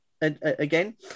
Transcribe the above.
again